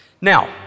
Now